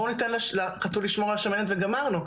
בואו ניתן לחתול לשמור על השמנת וגמרנו.